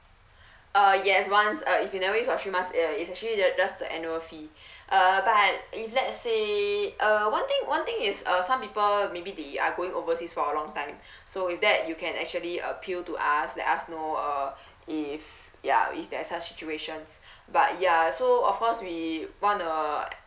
uh yes once uh if you never use your three months uh is actually just the annual fee uh but if let say uh one thing one thing is uh some people maybe they are going overseas for a long time so if that you can actually appeal to us let us know uh if ya if there is such situations but ya so of course we want to